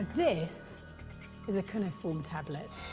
this is a cuneiform tablet.